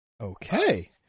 Okay